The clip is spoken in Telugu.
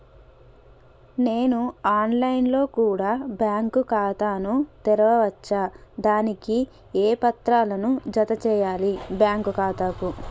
నేను ఆన్ లైన్ లో కూడా బ్యాంకు ఖాతా ను తెరవ వచ్చా? దానికి ఏ పత్రాలను జత చేయాలి బ్యాంకు ఖాతాకు?